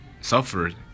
suffered